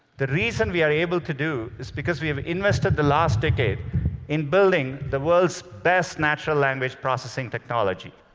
the reason we are able to do it is because we have invested the last decade in building the world's best natural language processing technology.